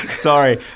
Sorry